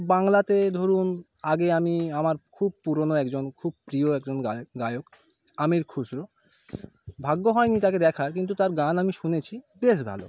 বাংলাতে ধরুন আগে আমি আমার খুব পুরনো একজন খুব প্রিয় একজন গায়ক গায়ক আমির খুসরো ভাগ্য হয়নি তাকে দেখার কিন্তু তার গান আমি শুনেছি বেশ ভালো